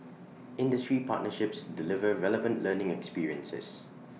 industry partnerships deliver relevant learning experiences